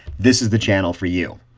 this is the channel for you.